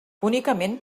únicament